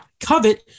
covet